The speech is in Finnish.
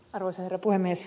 arvoisa herra puhemies